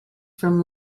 from